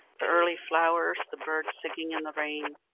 the early flowers, the birds singing in the rain,